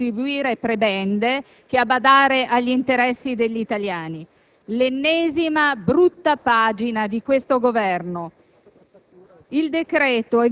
più impegnato a distribuire prebende che a badare agli interessi degli italiani. L'ennesima brutta pagina di questo Governo.